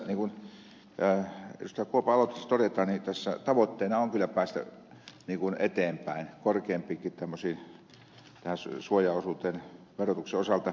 kuopan aloitteessa todetaan niin tässä tavoitteena on kyllä päästä eteenpäin tämmöisiin korkeampiinkin suojaosuuksiin verotuksen osalta